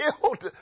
killed